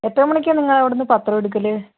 എത്ര മണിക്കാണ് നിങ്ങളവിടന്ന് പത്രം എടുക്കൽ